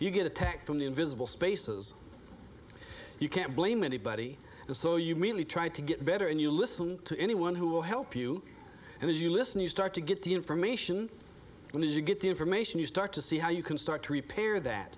you get attacked from the invisible spaces you can't blame anybody and so you really try to get better and you listen to anyone who will help you and as you listen you start to get the information and as you get the information you start to see how you can start to repair that